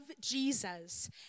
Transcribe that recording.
Jesus